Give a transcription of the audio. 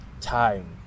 time